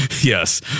yes